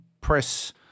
press